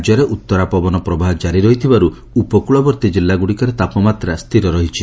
ରାଜ୍ୟରେ ଉତ୍ତରା ପବନ ପ୍ରବାହ ଜାରି ରହିଥିବାରୁ ଉପକ୍ଳବର୍ଉୀ କିଲ୍ଲଗୁଡ଼ିକରେ ତାପମାତ୍ରା ସ୍ଥିର ରହିଛି